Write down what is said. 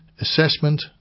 assessment